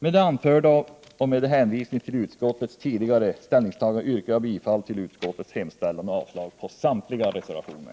Med det anförda och med hänvisning till utskottets tidigare ställningstagande yrkar jag bifall till utskottets hemställan och avslag på samtliga reservationer.